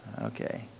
Okay